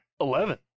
Eleven